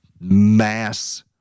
mass